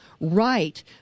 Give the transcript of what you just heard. right